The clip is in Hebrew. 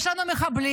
יש לנו מחבלים,